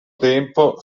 tempo